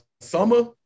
Summer